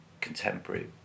contemporary